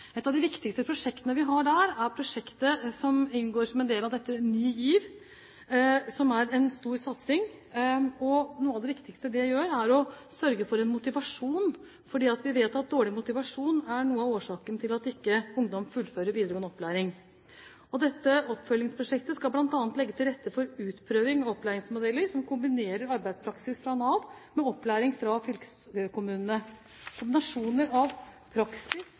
Et av de viktigste prosjektene vi har der, er prosjektet som inngår som en del av Ny GIV, som er en stor satsing, og noe av det viktigste det gjør, er å sørge for motivasjon, fordi vi vet at dårlig motivasjon er noe av årsaken til at ikke ungdom fullfører videregående opplæring. Dette oppfølgingsprosjektet skal bl.a. legge til rette for utprøving av opplæringsmodeller som kombinerer arbeidspraksis fra Nav med opplæring fra fylkeskommunene. Kombinasjoner av